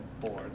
board